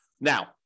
Now